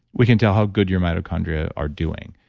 we can tell how good your mitochondria are doing.